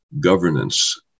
governance